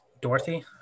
Dorothy